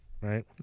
right